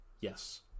Yes